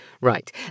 Right